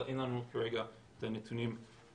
אבל אין לנו כרגע את הנתונים האלה.